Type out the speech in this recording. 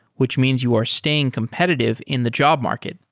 which means you are staying competitive in the job market.